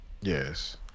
Yes